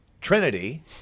Trinity